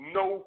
no